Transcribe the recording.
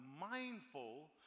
mindful